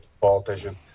politician